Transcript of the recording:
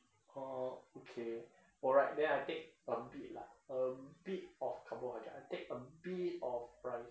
orh okay alright then I'll take a bit lah a bit of carbohydrate I take a bit of rice